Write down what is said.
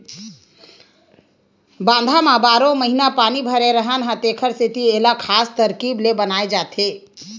बांधा म बारो महिना पानी भरे रहना हे तेखर सेती एला खास तरकीब ले बनाए जाथे